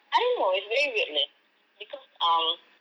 I don't know it's very weird leh because um